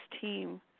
team